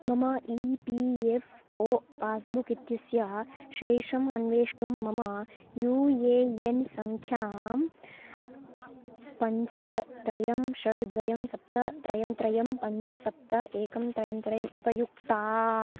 मम E P F O passbook इत्यस्य शेषम् अन्वेष्टुं मम यू ए एन् सङ्ख्यां पञ्च त्रयं षट् द्वयं सप्त त्रयं त्रयं पञ्च सप्त एकं त्रयं त्रयं उपयुङ्क्तात्